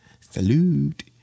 Salute